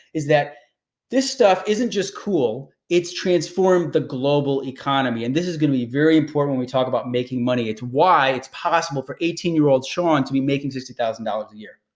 is that this stuff isn't just cool, it's transformed the global economy and this is gonna be very important when we talk about making money. it's why it's possible for eighteen year old shawn to be making sixty thousand dollars dollars a year.